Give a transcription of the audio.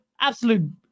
Absolute